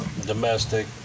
domestic